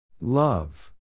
Love